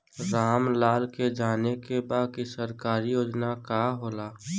राम लाल के जाने के बा की सरकारी योजना का होला?